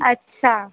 अच्छा